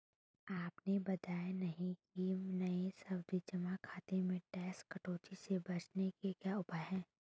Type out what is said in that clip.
आपने बताया नहीं कि नये सावधि जमा खाते में टैक्स कटौती से बचने के क्या उपाय है?